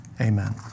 Amen